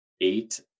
eight